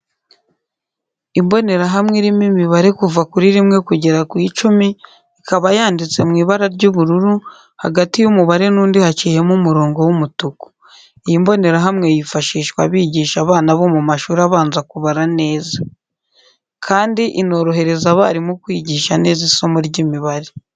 Imbonerahamwe irimo imibare kuva kuri rimwe kugera ku icumi, ikaba yanditse mu ibara ry'ubururu, hagati y'umubare n'undi haciyemo umurongo w'umutuku. Iyi mbonerahamwe yifashishwa bigisha abana bo mu mashuri abanza kubara neza. Kandi inorohereza abarimu kwigisha neza isomo ry'imibare.